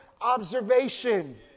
observation